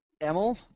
Emil